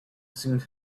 seemed